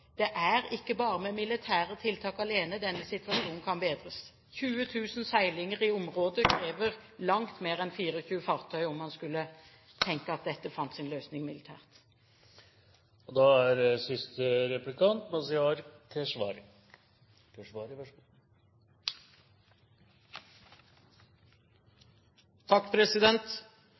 det er ikke bare med militære tiltak alene denne situasjonen kan bedres. 20 000 seilinger i området krever langt mer enn 24 fartøy, om man skulle tenke at dette fant sin løsning militært. Norge har som skipsfartsnasjon betydelig interesse av at det er